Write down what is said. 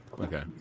okay